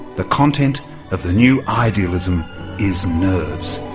the content of the new idealism is nerves,